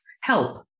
help